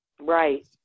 right